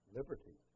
liberty